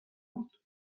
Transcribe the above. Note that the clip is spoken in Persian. بود